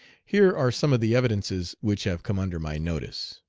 here are some of the evidences which have come under my notice.